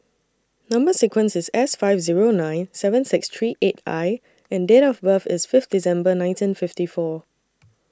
Number sequence IS S five Zero nine seven six three eight I and Date of birth IS Fifth December nineteen fifty four